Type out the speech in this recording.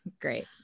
Great